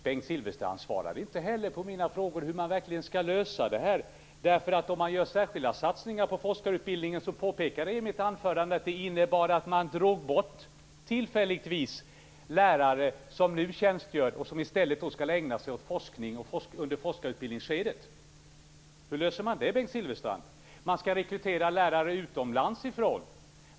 Bengt Silfverstrand svarar inte heller på mina frågor om hur man verkligen skall lösa det här. Om man gör särskilda satsningar på forskarutbildningen innebär det nämligen att man tillfälligtvis drar bort lärare som nu tjänstgör och som i stället skall ägna sig åt forskning under forskarutbildningsskedet, som jag påpekade i mitt anförande. Hur löser man det, Bengt Silfverstrand? Man skall rekrytera lärare utomlands ifrån.